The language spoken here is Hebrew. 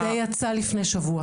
זה יצא לפני שבוע